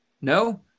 No